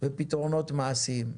ופתרונות מעשיים,